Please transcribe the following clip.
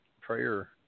prayer